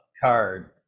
card